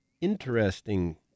interesting